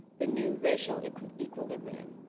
the new racial equilibrium,